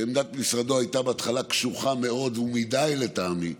שעמדת משרדו הייתה קשוחה מאוד, מדי, לטעמי,